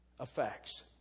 effects